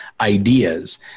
ideas